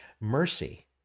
Mercy